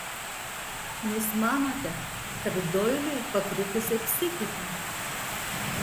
jūs manote kad doiliui pakrikusi psichika